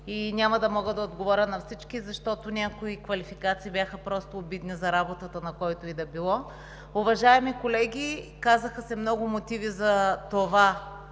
Няма да мога да отговоря на всички, защото някои квалификации бяха просто обидни за работата на който и да е било. Уважаеми колеги, казаха се много мотиви за това